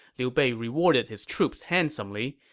liu bei rewarded his troops handsomely,